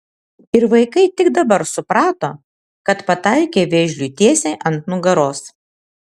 ir vaikai tik dabar suprato kad pataikė vėžliui tiesiai ant nugaros